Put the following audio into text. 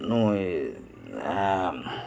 ᱱᱩᱭ